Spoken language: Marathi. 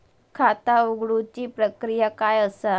खाता उघडुची प्रक्रिया काय असा?